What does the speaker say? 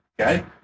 Okay